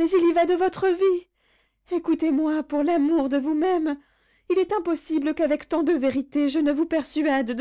mais il y va de votre vie écoutez-moi pour l'amour de vous-même il est impossible qu'avec tant de vérité je ne vous persuade